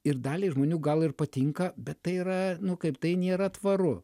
ir daliai žmonių gal ir patinka bet tai yra nu kaip tai nėra tvaru